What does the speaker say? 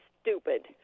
stupid